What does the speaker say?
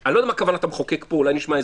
אני לא יודע מה כוונת המחוקק פה, אולי נשמע הסבר.